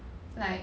like